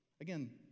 Again